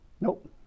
Nope